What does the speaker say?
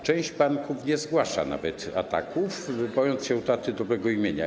Część banków nie zgłasza nawet ataków, bojąc się utraty dobrego imienia.